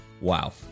Wow